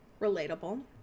Relatable